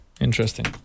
interesting